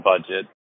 budget